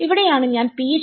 ഇവിടെയാണ് ഞാൻ പിഎച്ച്